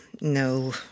no